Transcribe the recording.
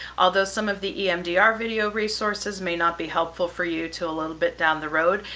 although some of the emdr video resources may not be helpful for you till a little bit down the road,